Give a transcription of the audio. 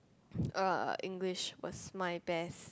uh English was my best